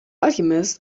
alchemist